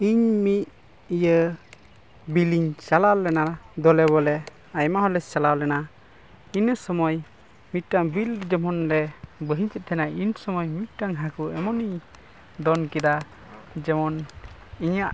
ᱤᱧ ᱢᱤᱫ ᱤᱭᱟᱹ ᱵᱤᱞ ᱤᱧ ᱪᱟᱞᱟᱣ ᱞᱮᱱᱟ ᱫᱚᱞᱮ ᱵᱚᱞᱮ ᱟᱭᱢᱟ ᱦᱚᱲᱞᱮ ᱪᱟᱞᱟᱣ ᱞᱮᱱᱟ ᱤᱱᱟᱹ ᱥᱳᱢᱚᱭ ᱢᱤᱫᱴᱟᱝ ᱵᱤᱞ ᱡᱮᱢᱚᱱ ᱞᱮ ᱠᱮᱫ ᱛᱟᱦᱮᱱᱟ ᱩᱱ ᱥᱳᱢᱚᱭ ᱢᱤᱫᱴᱟᱝ ᱦᱟᱹᱠᱩ ᱮᱢᱚᱱᱤᱧ ᱫᱚᱱ ᱠᱮᱫᱟ ᱡᱮᱢᱚᱱ ᱤᱧᱟᱹᱜ